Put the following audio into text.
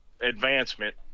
advancement